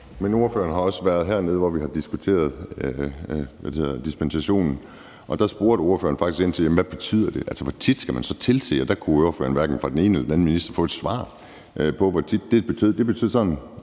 (NB): Jeg har også været hernede, hvor vi har diskuteret dispensation, og der spurgte jeg faktisk ind til, hvad det betyder, altså hvor tit man så skal tilse dem. Og der kunne jeg hverken fra den ene eller den anden minister få et svar på, hvor tit det var.